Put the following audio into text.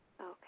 Okay